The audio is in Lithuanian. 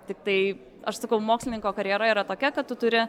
tiktai aš sakau mokslininko karjera yra tokia kad tu turi